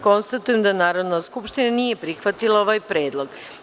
Konstatujem da Narodna skupština nije prihvatila ovaj predlog.